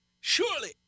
Surely